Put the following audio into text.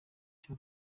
icyo